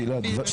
גלעד.